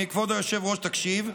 כבוד היושב-ראש, תקשיב.